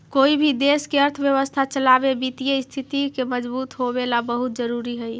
कोई भी देश के अर्थव्यवस्था चलावे वित्तीय स्थिति के मजबूत होवेला बहुत जरूरी हइ